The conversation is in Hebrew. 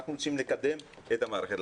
אנחנו רוצים לקדם את המערכת.